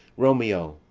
romeo,